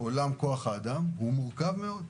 עולם כוח האדם מורכב מאוד.